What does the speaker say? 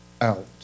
out